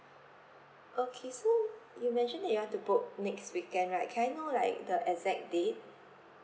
okay so you mentioned that you want to book next weekend right can I know like the exact date